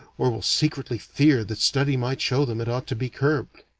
or will secretly fear that study might show them it ought to be curbed.